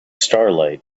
starlight